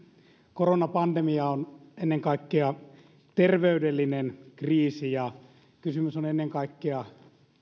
koronapandemia on ennen kaikkea terveydellinen kriisi ja kysymys on ennen kaikkea